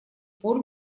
пор